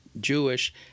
Jewish